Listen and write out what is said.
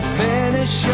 finish